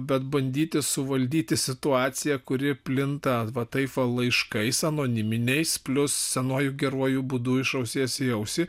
bet bandyti suvaldyti situaciją kuri plinta va taip va laiškais anoniminiais plius senuoju geruoju būdu iš ausies į ausį